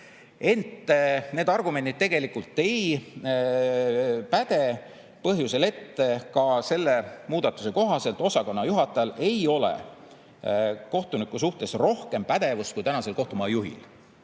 Ent need argumendid tegelikult ei päde, põhjusel, et ka selle muudatuse kohaselt osakonnajuhatajal ei ole kohtuniku suhtes rohkem pädevust kui tänasel kohtumaja juhil,